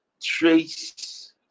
trace